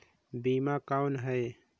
बीमा कौन है?